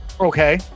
Okay